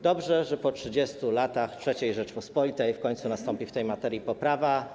Dobrze, że po 30 latach III Rzeczypospolitej w końcu nastąpi w tej materii poprawa.